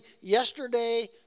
yesterday